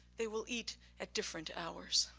they will eat at different hours.